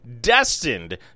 destined